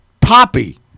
Poppy